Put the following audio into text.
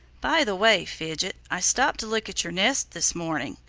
by the way, fidget, i stopped to look at your nest this morning.